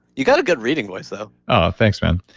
you got a good reading voice though oh thanks, man.